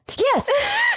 Yes